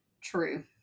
True